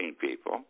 people